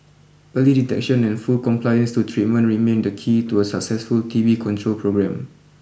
early detection and full compliance to treatment remain the key to a successful T B control programme